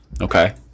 okay